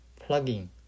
plugging